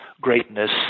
greatness